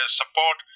support